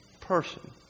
person